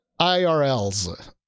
IRLs